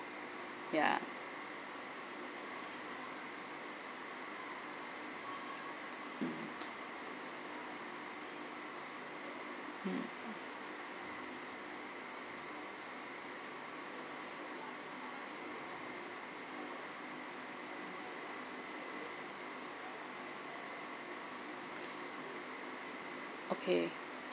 ya mm okay